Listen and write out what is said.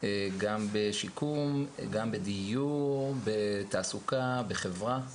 גם בשיקום, גם בדיור, בתעסוקה, בחברה,